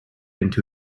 into